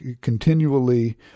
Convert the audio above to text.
continually